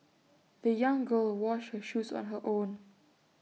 the young girl washed her shoes on her own